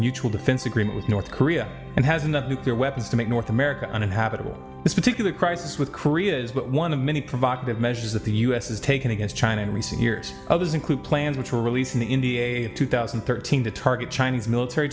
mutual defense agreement with north korea and has in the nuclear weapons to make north america uninhabitable this particular crisis with korea is one of many provocative measures that the u s has taken against china in recent years others include plans which will release in the india a two thousand and thirteen to target chinese military